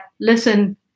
listen